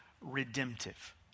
redemptive